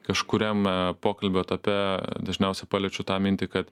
kažkuriame pokalbio etape dažniausiai paliečiu tą mintį kad